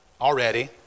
already